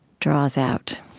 draws out?